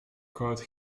court